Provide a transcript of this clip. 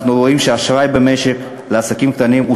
אנחנו רואים שהאשראי במשק לעסקים קטנים הוא